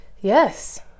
Yes